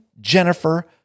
Jennifer